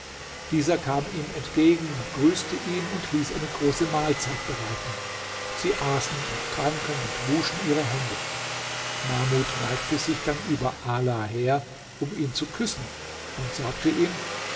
dieser kam ihm entgegen grüßte ihn und ließ eine große mahlzeit bereiten sie aßen und tranken und wuschen ihre hände mahmud neigte sich dann über ala her um ihn zu küssen und sagte ihm